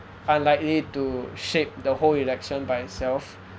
unlikely to shape the whole election by itself